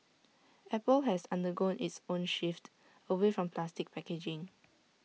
apple has undergone its own shift away from plastic packaging